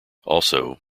also